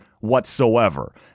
whatsoever